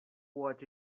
what